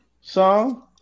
song